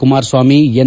Kumaraswamy N